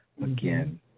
again